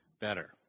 better